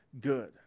good